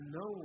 no